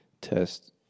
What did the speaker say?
test